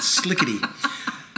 slickety